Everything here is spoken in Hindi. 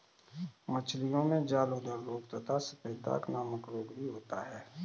मछलियों में जलोदर रोग तथा सफेद दाग नामक रोग भी होता है